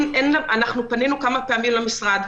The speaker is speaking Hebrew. פנינו כמה פעמים למשרד,